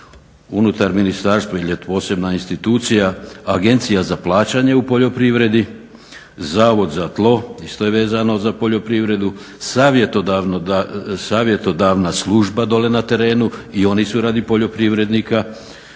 unutar ministarstva ili je posebna institucija, Agencija za plaćanje u poljoprivredi, Zavod za tlo isto je vezano za poljoprivredu, savjetodavna služba dole na terenu i oni su radi poljoprivrednika,